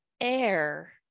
air